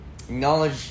acknowledge